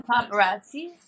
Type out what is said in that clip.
paparazzi